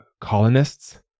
colonists